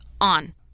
on